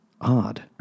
odd